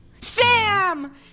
Sam